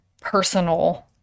personal